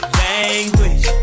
language